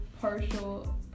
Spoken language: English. partial